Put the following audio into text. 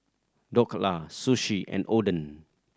Dhokla Sushi and Oden